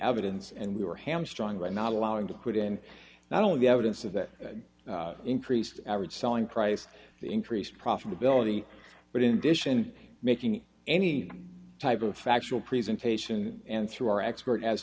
evidence and we were ham strong right not allowing to quit in not only the evidence of the increased average selling price the increased profitability but in addition making any type of factual presentation and through our expert as